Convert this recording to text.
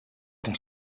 dans